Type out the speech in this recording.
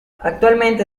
actualmente